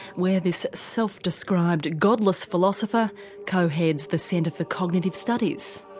where this self-described godless philosopher co-heads the centre for cognitive studies.